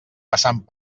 passant